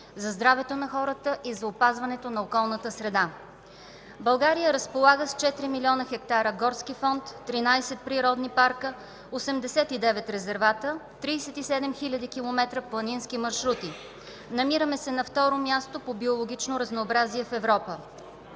за здравето на хората и за опазването на околната среда. България разполага с 4 млн. хектара горски фонд, 13 природни парка, 89 резервата, 37 хил. км. планински маршрути. Намираме се на второ място по биологично разнообразие в Европа.